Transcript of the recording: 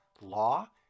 law